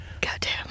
Goddamn